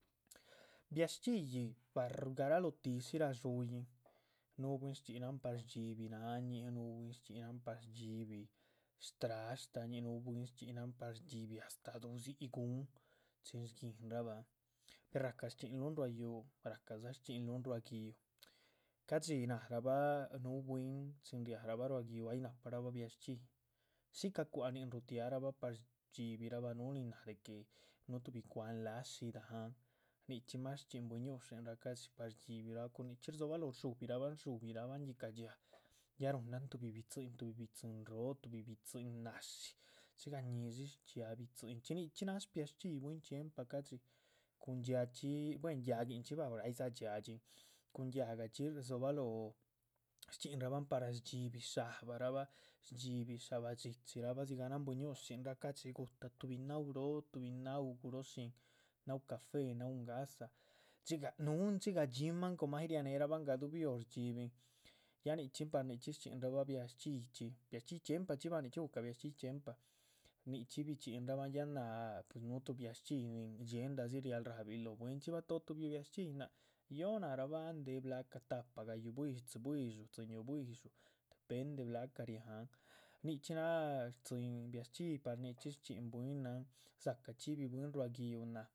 Biac shchxíhyi paer garalotih shí radxuyihn nuhu bwín shchxínan par shdxibi náahañih, bwín shchxínan par shdxibi shtrashtañih, bwín shchxínan par shdxibi duhdzi´c. gun chin shguínrahba, per ráhca shchxínluh ruá yúhu racah dza shcxinluhn ruá gi´uh, ca´dxi náhrabah núh bwín chin riahrabah ruá gi´uh ay nahparabah biac shchxíhyi. shi´ca cwa´hanin rutiarabha par shdxíbihrabah núhu nin náh de que núh tuhbi cwa´han lác shi´dahan, nichxí más shchxín bui´ñushinraa da´dxi par shdxíbihrabah. cun nichxí rdzobaloh rdshubirahbahn yícah dxhía ya ruhunan tuhbi bi´dzin, tuhbi bi´dzin róo, tuhbi bi´dzin náshi, dxigah náshi shchxiáha bi´dzinchxi nichxí náh. shbiac shchxíhyi bwín chxiempa ca´dxi, cun dxiáac chxí buen yáhguinchxi bah ay dza dxiáac dxin, cun yáhgachxi rdzobaloho shchxinrabahn para shdhxíbi sha´bahrahba. shdhxíbi sha´bah dxíchirahba dzigah bui´ñushinrah ca´dxi gutác, tuhbi náhu róo tuhbi náhu guróh shín, náhu café náhu ngáhsa, núhu dxigah dxímahn. coma ay riahneherabahn gaduhbi hor shdxíhbin ya nichxín par nichxí shchxín biac shchxíhyi chxí, biac shchxíhyi chxiempachxi bah nichxí gu´cah biac shchxíhyi. chxiempa, nichxí bichxínrabah yáh náh, pues núh tuh biac shchxíhyi nin dxiendáh dzi riahl lóh bwínchxi, batoho tuhbi biac shchxíhyi nác ýoh nárabah andéh. blahca tahpa ga´yu bui´dxu, tzí bui´dxu, tzíñuh bui´dxu depende de blahca riáhan nichxí náha stzín biac shchxíhyi, par nichxí shchxín bwínan dza´cah chxíbih bwín. ruá gi´uh náh